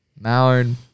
mallard